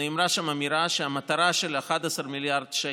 נאמרה אמירה שהמטרה של ה-11 מיליארד שקל,